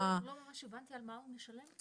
לא ממש הבנתי על מה הוא משלם.